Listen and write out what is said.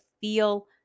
feel